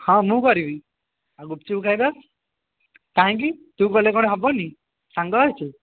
ହଁ ମୁଁ କରିବି ଗୁପ୍ଚୁପ୍ ଖାଇବା କାହିଁକି ତୁ ଖୁଆଇଲେ କ'ଣ ହେବନି ସାଙ୍ଗ ହେଇଛୁ